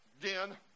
den